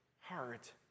heart